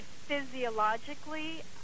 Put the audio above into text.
physiologically